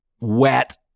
wet